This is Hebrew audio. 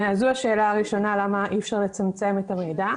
זו השאלה הראשונה, למה אי-אפשר לצמצם את המידע?